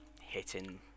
hitting